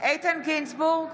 איתן גינזבורג,